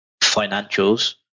financials